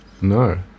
No